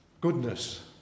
goodness